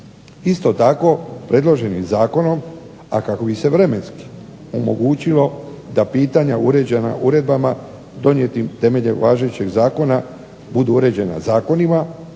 Isto tako, predloženim zakonom, a kako bi se vremenski omogućilo da pitanja uređena uredbama donijetim temeljem važećeg zakona budu uređena zakonima